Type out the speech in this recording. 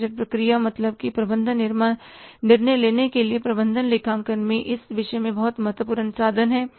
तो बजट प्रक्रिया मतलब कि प्रबंधन निर्णय लेने के लिए प्रबंधन लेखांकन में इस विषय में बहुत महत्वपूर्ण साधन है